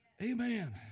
Amen